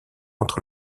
entre